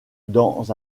dans